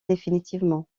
définitivement